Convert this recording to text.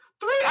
Three